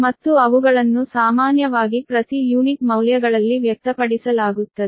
ಮತ್ತು ಅವುಗಳನ್ನು ಸಾಮಾನ್ಯವಾಗಿ ಪ್ರತಿ ಯೂನಿಟ್ ಮೌಲ್ಯಗಳಲ್ಲಿ ವ್ಯಕ್ತಪಡಿಸಲಾಗುತ್ತದೆ